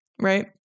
right